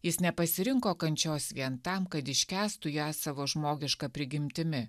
jis nepasirinko kančios vien tam kad iškęstų ją savo žmogiška prigimtimi